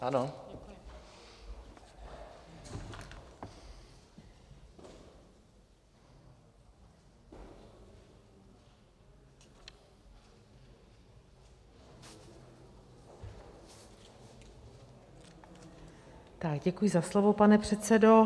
Tak děkuji za slovo, pane předsedo.